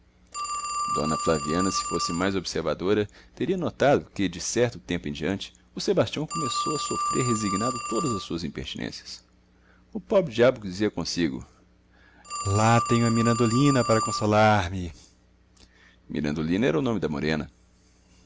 d flaviana se fosse mais observadora teria notado que de certo tempo em diante o sebastião começou a sofrer resignado todas as suas impertinências o pobre diabo dizia consigo lá tenho a mirandolina para consolar-me mirandolina era o nome da morena